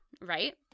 Right